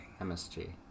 MSG